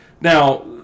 now